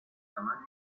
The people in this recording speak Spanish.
tamaño